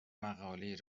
مقالهای